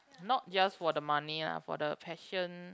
not just for the money ah for the passion